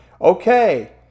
Okay